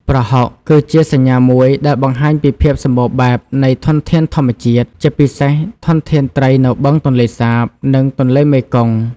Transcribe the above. ប្រហុកគឺជាសញ្ញាមួយដែលបង្ហាញពីភាពសម្បូរបែបនៃធនធានធម្មជាតិ ជាពិសេសធនធានត្រីនៅបឹងទន្លេសាប និងទន្លេមេគង្គ។